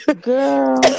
girl